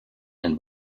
and